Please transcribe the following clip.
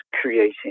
creating